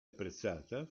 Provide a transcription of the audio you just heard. apprezzata